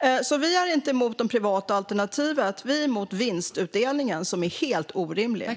Vi är alltså inte emot det privata alternativet. Vi är emot vinstutdelningen, som är helt orimlig.